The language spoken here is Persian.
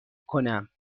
کنم